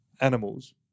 animals